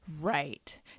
Right